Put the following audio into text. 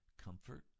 Comfort